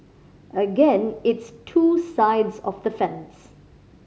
again it's two sides of the fence